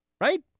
Right